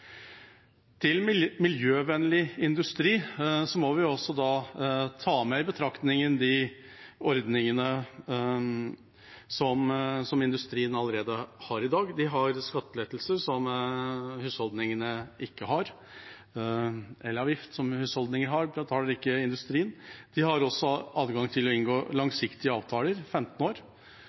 Til miljøvennlig industri må vi også ta med i betraktningen de ordningene som industrien allerede har i dag. De har skattelettelser som husholdningene ikke har. Elavgiften som husholdningene har, betaler ikke industrien. De har også adgang til å inngå langsiktige avtaler, på 15 år.